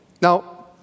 Now